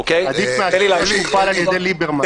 עדיף מאשר מי שמופעל על-ידי ליברמן.